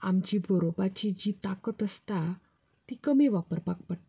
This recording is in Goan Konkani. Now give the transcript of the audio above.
आमची बरोवपाची जी तांकत आसता ती कमी वापरपाक पडटा